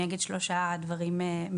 אני אגיד 3 דברים מהירים.